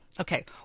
okay